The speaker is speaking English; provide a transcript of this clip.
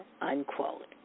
unquote